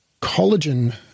collagen